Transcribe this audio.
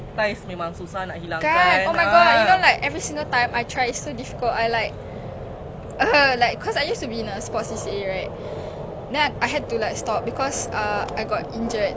kan oh my god you know like every single time I tried it's so difficult I like so like cause I used to be in a sports C_C_A right now I had to like stop because err I got injured